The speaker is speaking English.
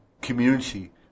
community